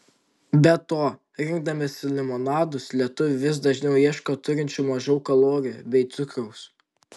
be to rinkdamiesi limonadus lietuviai vis dažniau ieško turinčių mažiau kalorijų bei cukraus